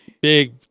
Big